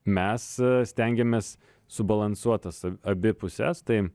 mes stengiamės subalansuot tas a abi puses tai